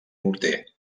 morter